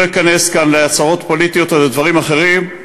לא אכנס כאן להצהרות פוליטיות על דברים אחרים,